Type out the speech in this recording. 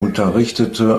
unterrichtete